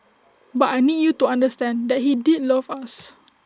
but I need you to understand that he did love us